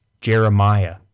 Jeremiah